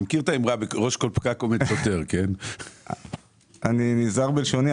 אני נזהר בלשוני.